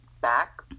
back